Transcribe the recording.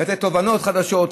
לתת תובנות חדשות,